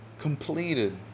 completed